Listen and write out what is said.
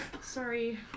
Sorry